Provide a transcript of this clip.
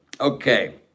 Okay